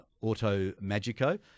auto-magico